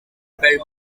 repelled